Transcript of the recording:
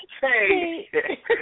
Hey